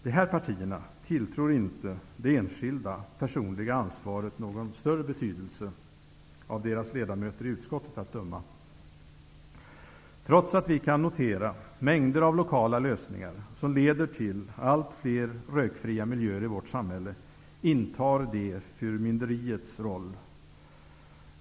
Dessa partier tillmäter inte det enskilda, personliga ansvaret någon större betydelse -- av deras ledamöter i utskottet att döma. Trots att vi kan notera mängder av lokala lösningar, som leder till allt fler rökfria miljöer i vårt samhälle, intar de förmynderiets roll.